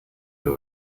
you